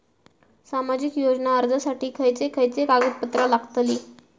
सामाजिक योजना अर्जासाठी खयचे खयचे कागदपत्रा लागतली?